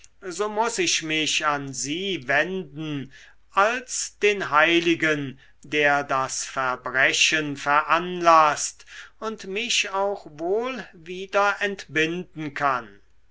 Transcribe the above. so muß ich mich an sie wenden als den heiligen der das verbrechen veranlaßt und mich auch wohl wieder entbinden kann